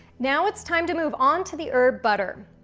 now it's time to move on to the herb butter.